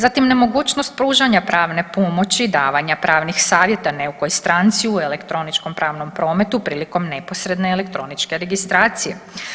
Zatim nemogućnost pružanja pravne pomoći i davanja pravnih savjeta neukoj stranci u elektroničkom pravnom prometu prilikom neposredne elektroničke registracije.